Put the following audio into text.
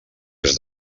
est